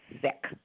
sick